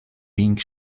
being